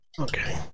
Okay